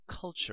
culture